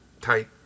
tight